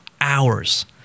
hours